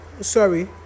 Sorry